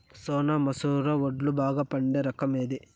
సోనా మసూర వడ్లు బాగా పండే రకం ఏది